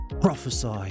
Prophesy